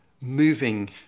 moving